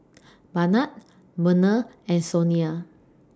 Barnard Merna and Sonia